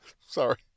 Sorry